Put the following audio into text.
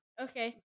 Okay